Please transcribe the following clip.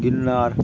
Girnar